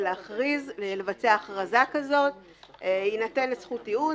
לבצע הכרזה כזאת ותינתן זכות טיעון.